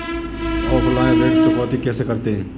Offline ऋण चुकौती कैसे करते हैं?